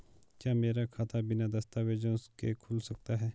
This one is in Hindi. क्या मेरा खाता बिना दस्तावेज़ों के खुल सकता है?